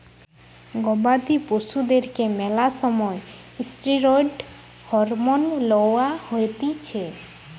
গবাদি পশুদেরকে ম্যালা সময় ষ্টিরৈড হরমোন লওয়া হতিছে